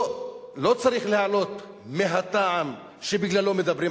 לא צריך להעלות מהטעם שבגללו מדברים,